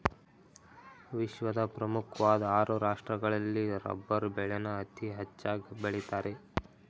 ವಿಶ್ವದ ಪ್ರಮುಖ್ವಾಧ್ ಆರು ರಾಷ್ಟ್ರಗಳಲ್ಲಿ ರಬ್ಬರ್ ಬೆಳೆನ ಅತೀ ಹೆಚ್ಚಾಗ್ ಬೆಳಿತಾರೆ